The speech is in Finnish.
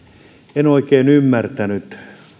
en oikein ymmärtänyt